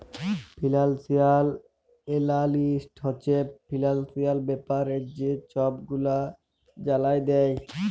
financial analyst হছে financial ব্যাপারে যে ছব গুলা জালায় দেই